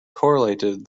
correlated